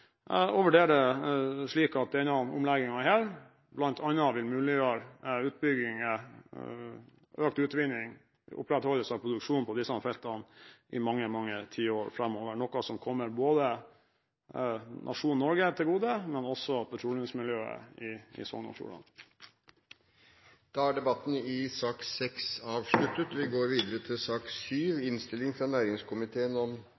slik at denne omleggingen bl.a. vil muliggjøre utbygging, økt utvinning og opprettholdelse av produksjon på disse feltene i mange, mange tiår framover, noe som kommer nasjonen Norge til gode, men også petroleumsmiljøet i Sogn og Fjordane. Da er debatten i sak nr. 6 avsluttet. Som saksordfører legger jeg fram denne saken og ønsker å si litt om